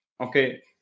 okay